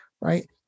right